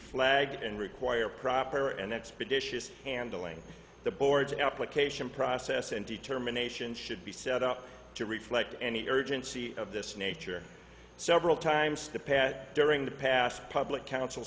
flagged and require proper and expeditious handling the board application process and determination should be set up to reflect any urgency of this nature several times to pad during the past public coun